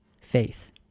faith